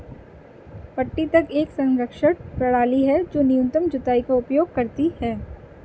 पट्टी तक एक संरक्षण प्रणाली है जो न्यूनतम जुताई का उपयोग करती है